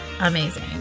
amazing